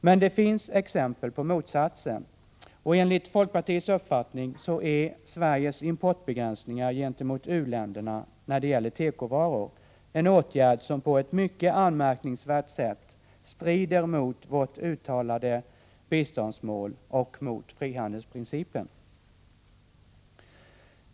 Men det finns exempel på motsatsen. Enligt folkpartiets uppfattning är Sveriges importbegränsningar gentemot u-länderna när det gäller tekovaror en åtgärd som på ett mycket anmärkningsvärt sätt strider mot vårt uttalade biståndsmål och mot frihandelsprincipen.